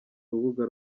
urubuga